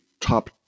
top